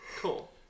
Cool